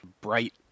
bright